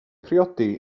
priodi